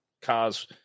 cars